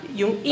yung